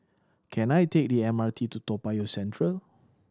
can I take the M R T to Toa Payoh Central